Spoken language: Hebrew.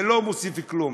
זה לא מוסיף כלום,